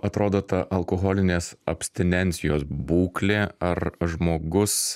atrodo ta alkoholinės abstinencijos būklė ar žmogus